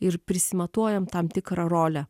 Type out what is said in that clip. ir prisimatuojam tam tikrą rolę